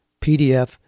pdf